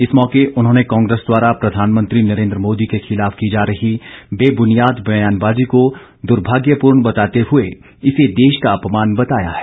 इस मौके उन्होंने कांग्रेस द्वारा प्रधानमंत्री नरेन्द्र मोदी के खिलाफ की जा रही बेबुनियाद बयानबाजी को दुर्भाग्यपूर्ण बताते हुए इसे देश का अपमान बताया है